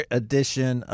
edition